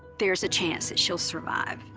there's a chance that she'll survive.